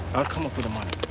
i'll come up with the money.